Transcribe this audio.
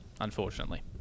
Unfortunately